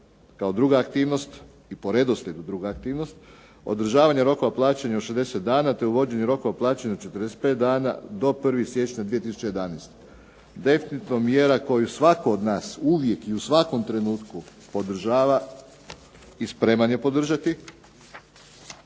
kako druga aktivnost i po redoslijedu druga aktivnost, održavanja rokova plaćanja od 60 dana, te uvođenje rokova plaćanja od 45 dana do 1. siječnja 2011. Definitivno mjera koju svatko od nas uvijek i u svakom trenutku podržava i spreman je podržati.